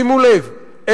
שימו לב,